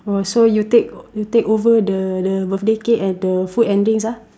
oh so you take you take over the the birthday cake and the food and drinks ah